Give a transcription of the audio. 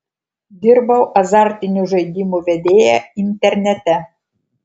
dirbau azartinių žaidimų vedėja internete